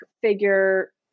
figure